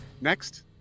Next